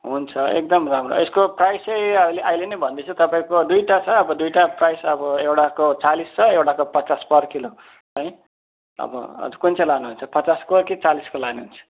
हुन्छ एकदम राम्रो यसको प्राइज चाहिँ आइ अहिले नै भन्दैछु तपाईँको दुइटा छ अब दुईटा प्राइज अब एउटाको चालिस छ एउटाको पचास पर किलो है अब कुन चाहिँ लानुहुन्छ पचासको कि चालिसको लानुहुन्छ